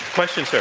question,